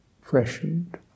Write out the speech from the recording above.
freshened